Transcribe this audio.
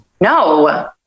No